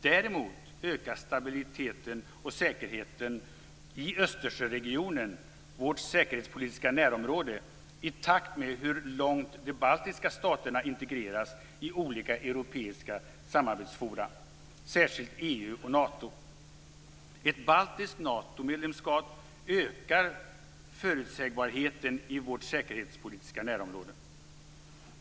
Däremot ökar stabiliteten och säkerheten i Östersjöregionen, vårt säkerhetspolitiska närområde, i takt med att de baltiska staterna integreras i olika europeiska samarbetsforum, särskilt EU och Nato. Ett baltiskt Natomedlemskap ökar förutsägbarheten i vårt säkerhetspolitiska närområde.